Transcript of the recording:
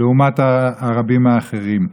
לעומת הרבים האחרים,